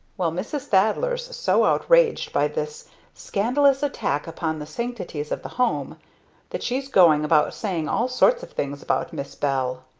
well, mrs. thaddler's so outraged by this scandalous attack upon the sanctities of the home that she's going about saying all sorts of things about miss bell.